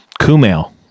Kumail